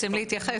שלום,